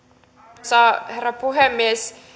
arvoisa herra puhemies